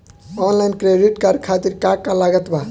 Online credit card खातिर का का लागत बा?